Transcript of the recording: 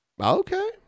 Okay